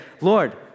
Lord